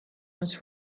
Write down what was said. was